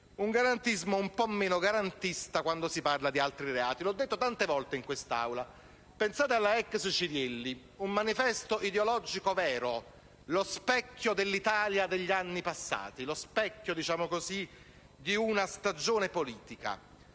stasera e un po' meno garantista quando si parla di altri reati. L'ho detto tante altre volte in questa Aula. Pensate alla ex Cirielli, un manifesto ideologico vero, lo specchio dell'Italia degli anni passati, lo specchio di una stagione politica.